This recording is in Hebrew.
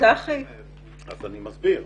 אני מסביר.